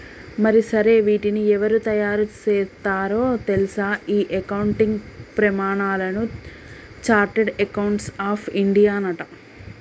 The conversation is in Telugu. మరి సరే వీటిని ఎవరు తయారు సేత్తారో తెల్సా ఈ అకౌంటింగ్ ప్రమానాలను చార్టెడ్ అకౌంట్స్ ఆఫ్ ఇండియానట